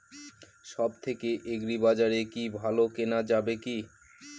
সব থেকে আগ্রিবাজারে কি ভালো কেনা যাবে কি?